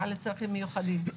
בעלי צרכים מיוחדים.